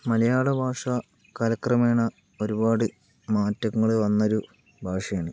മലയാള ഭാഷ കാലക്രമേണ ഒരുപാട് മാറ്റങ്ങള് വന്നൊരു ഭാഷയാണ്